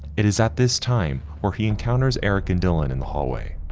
it is at this time where he encounters eric and dylan in the hallway,